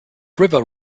river